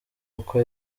uko